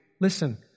Listen